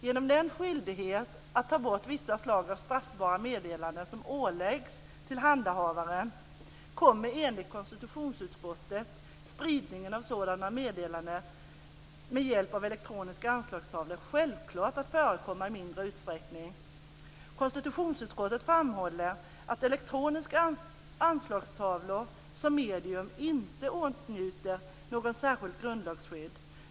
Genom den skyldighet att ta bort vissa slag av straffbara meddelanden som åläggs tillhandahavaren kommer, enligt konstitutionsutskottet, spridningen av sådana meddelanden med hjälp av elektroniska anslagstavlor självklart att förekomma i mindre utsträckning. Konstitutionsutskottet framhåller att elektroniska anslagstavlor som medium inte åtnjuter något särskilt grundlagsskydd.